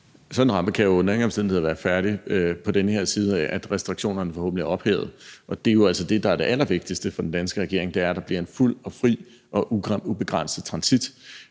Sådan en rampe kan jo under ingen omstændigheder være færdig på den her side af, at restriktionerne forhåbentlig er ophævet, og det er jo altså det, der er det allervigtigste for den danske regering; det er, at der bliver en fuld og fri og ubegrænset transit.